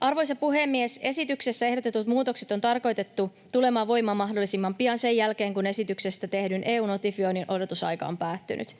Arvoisa puhemies! Esityksessä ehdotetut muutokset on tarkoitettu tulemaan voimaan mahdollisimman pian sen jälkeen, kun esityksestä tehdyn EU-notifioinnin odotusaika on päättynyt.